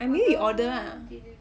I mean we order lah